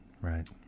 right